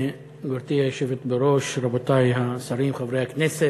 גברתי היושבת בראש, רבותי השרים, חברי הכנסת,